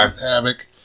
havoc